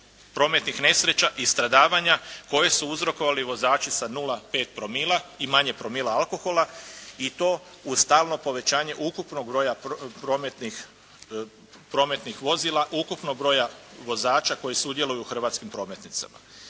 prometnih nesreća i stradavanja koje su uzrokovali vozači sa 0,5 promila i manje promila alkohola i to u stalno povećanje ukupnog broja prometnih, prometnih vozila, ukupnog broja vozača koji sudjeluju u hrvatskim prometnicama.